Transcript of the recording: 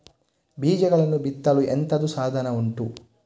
ಬೀಜಗಳನ್ನು ಬಿತ್ತಲು ಎಂತದು ಸಾಧನ ಉಂಟು?